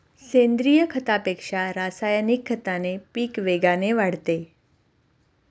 सेंद्रीय खतापेक्षा रासायनिक खताने पीक वेगाने वाढते